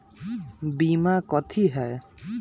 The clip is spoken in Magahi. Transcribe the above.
बीमा कथी है?